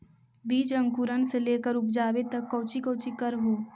बीज अंकुरण से लेकर उपजाबे तक कौची कौची कर हो?